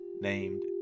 named